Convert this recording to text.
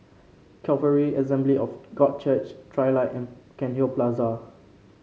Calvary Assembly of God Church Trilight and Cairnhill Plaza